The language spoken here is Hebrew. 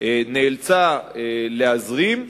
נאלצה להזרים,